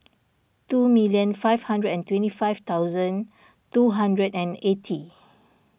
two minute five hundred and twenty five thousand two hundred and eighty